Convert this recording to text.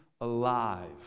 alive